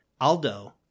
Aldo